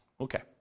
Okay